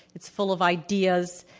it's full of ideas,